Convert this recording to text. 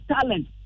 talent